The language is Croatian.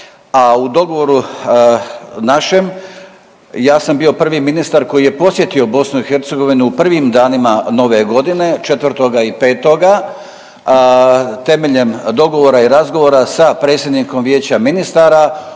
a u dogovoru našem ja sam bio prvi ministar koji je posjetio BiH u prvim danima Nove godine 4. i 5. temeljem dogovora i razgovora sa predsjednikom vijeća ministara